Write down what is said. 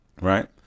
Right